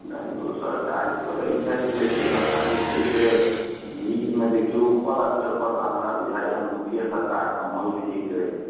नहि दोसर काज करैत छथि लेकिन एखन जे छै से नीकमे देखियौ ऊपर स्तर पर तऽ हमरा बुझाइया मोदीये सरकार कमल ठीक अइ